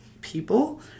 people